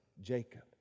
Jacob